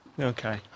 Okay